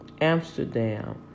Amsterdam